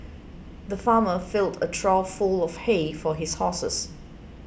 the farmer filled a trough full of hay for his horses